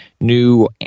new